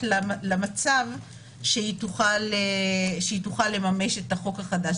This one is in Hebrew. למצב שהיא תוכל לממש את החוק החדש.